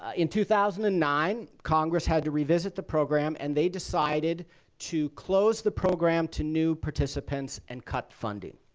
ah in two thousand and nine, congress had to revisit the program, and they decided to close the program to new participants and cut funding.